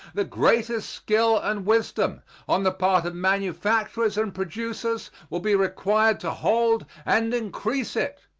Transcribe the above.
the greatest skill and wisdom on the part of manufacturers and producers will be required to hold and increase it.